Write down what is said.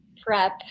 prep